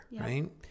right